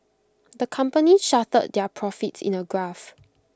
the company charted their profits in A graph